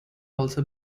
also